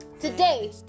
today